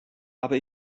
aber